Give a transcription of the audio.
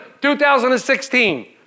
2016